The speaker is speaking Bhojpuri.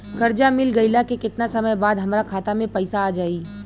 कर्जा मिल गईला के केतना समय बाद हमरा खाता मे पैसा आ जायी?